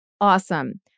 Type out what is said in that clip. awesome